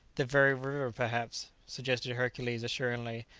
the very river, perhaps, suggested hercules assuringly,